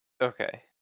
Okay